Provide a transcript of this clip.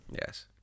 Yes